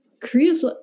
korea's